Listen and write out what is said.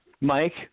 Mike